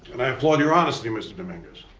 and i applaud your honesty, mr. dominguez.